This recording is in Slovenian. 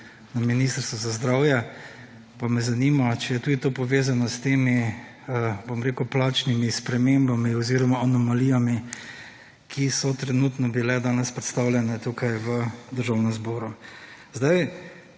na Ministrstvu za zdravje, pa me zanima, če je tudi to povezano s temi, bom rekel, plačnimi spremembami oziroma anomalijami, ki so trenutno bile danes predstavljene tukaj v Državnem zboru. Zdaj